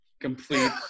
complete